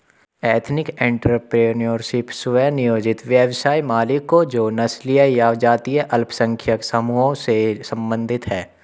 ethnic entrepreneurship, स्व नियोजित व्यवसाय मालिकों जो नस्लीय या जातीय अल्पसंख्यक समूहों से संबंधित हैं